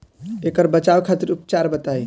ऐकर बचाव खातिर उपचार बताई?